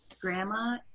grandma